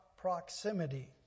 proximity